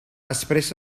expressa